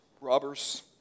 robbers